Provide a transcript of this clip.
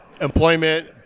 Employment